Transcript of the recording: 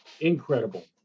incredible